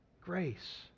grace